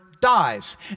dies